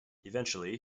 eventually